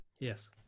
Yes